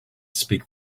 speak